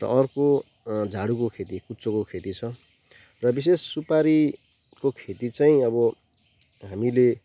र अर्को झाडुको खेती कुचोको खेतीको छ र विशेष सुपारीको खेती चाहिँ अब हामीले